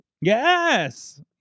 yes